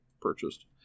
purchased